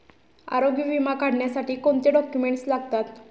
आरोग्य विमा काढण्यासाठी कोणते डॉक्युमेंट्स लागतात?